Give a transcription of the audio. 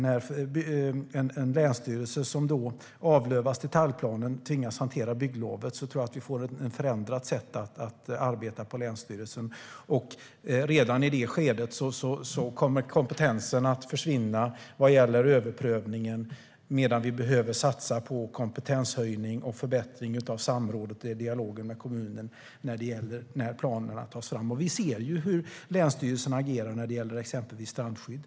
När en länsstyrelse som avlövas när det gäller detaljplanen tvingas hantera bygglovet är det klart att det blir ett förändrat sätt att arbeta på länsstyrelsen. Redan i detta skede kommer kompetensen att försvinna vad gäller överprövningen medan vi behöver satsa på kompetenshöjning och förbättring av samrådet och dialogen med kommunen när planerna ska tas fram. Vi ser hur länsstyrelsen agerar när det gäller exempelvis strandskydd.